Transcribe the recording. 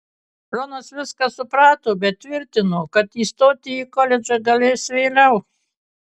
ronas viską suprato bet tvirtino kad įstoti į koledžą galės vėliau